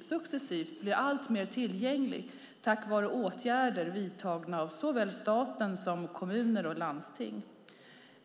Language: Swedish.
successivt blir alltmer tillgängliga tack vare åtgärder vidtagna av såväl staten som kommuner och landsting.